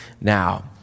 now